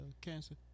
cancer